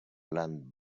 plant